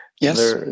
Yes